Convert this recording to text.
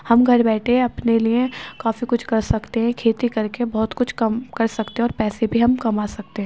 ہم گھر بیٹھے اپنے لیے کافی کچھ کر سکتے ہیں کھیتی کر کے بہت کچھ کم کر سکتے ہیں اور پیسے بھی ہم کما سکتے ہیں